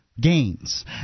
gains